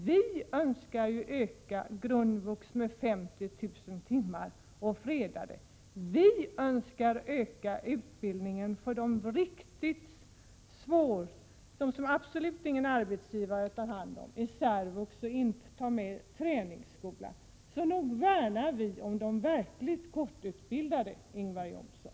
Vi önskar ju öka omfattningen av grundvux med 50 000 timmar, och vi önskar öka utbildningen i särvux för dem som absolut ingen arbetsgivare tar hand om. Nog värnar vi om de verkligt korttidsutbildade, Ingvar Johnsson!